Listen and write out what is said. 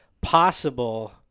possible